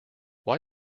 why